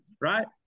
right